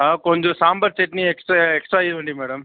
కొంచెం sambar chutney extra extra ఇవ్వండి madam